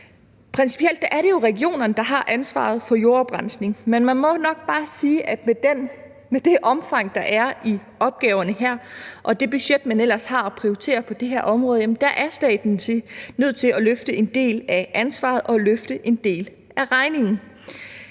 Principielt er det jo regionerne, der har ansvaret for jordoprensning, men man må nok bare sige, at med det omfang, opgaverne her har, og det budget, man ellers har at prioritere inden for på det her område, er staten nødt til at løfte en del af ansvaret og løfte en del af regningen.